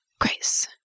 Grace